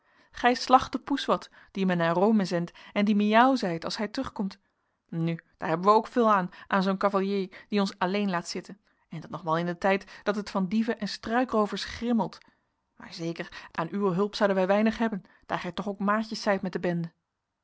gij slacht de poes wat die men naar rome zendt en die miaauw zeit als zij terugkomt nu daar hebben wij ook veel aan aan zoo'n cavalier die ons alleen laat zitten en dat nog wel in een tijd dat het van dieven en struikroovers grimmelt maar zeker aan uwe hulp zouden wij weinig hebben daar gij toch ook maatjes zijt met de bende